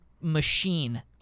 machine